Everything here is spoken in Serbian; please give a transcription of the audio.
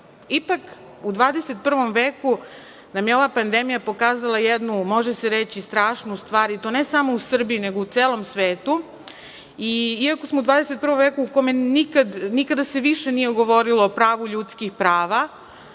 u 21 veku nam je ova pandemija pokazala jednu može se reći strašnu stvar i to ne samo u Srbiji negu celom svetu i iako smo u 21 veku u kome nikada se više nije govorilo o pravu ljudskih prava,